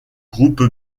groupe